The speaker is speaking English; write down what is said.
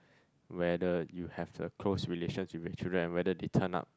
whether you have a close relations with your children and whether they turned up